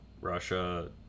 Russia